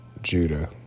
Judah